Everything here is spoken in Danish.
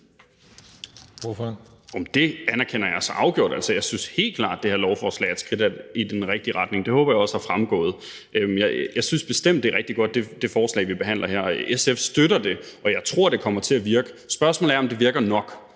Jamen det anerkender jeg så afgjort. Altså, jeg synes helt klart, at det her lovforslag er et skridt i den rigtige retning. Det håber jeg også er fremgået. Jeg synes bestemt, det er et rigtig godt forslag, vi behandler her, og SF støtter det. Og jeg tror, det kommer til at virke. Spørgsmålet er, om det virker nok,